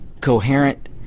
coherent